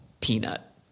Peanut